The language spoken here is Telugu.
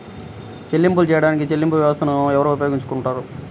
చెల్లింపులు చేయడానికి చెల్లింపు వ్యవస్థలను ఎవరు ఉపయోగించుకొంటారు?